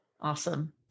Awesome